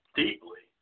deeply